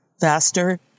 faster